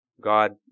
God